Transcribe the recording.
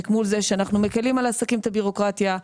מול זה שאנחנו מקלים על עסקים את הבירוקרטיה,